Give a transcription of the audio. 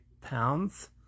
pounds